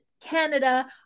Canada